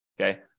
Okay